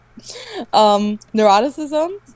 Neuroticism